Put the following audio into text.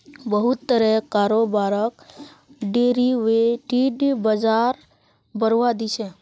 बहुत तरहर कारोबारक डेरिवेटिव बाजार बढ़ावा दी छेक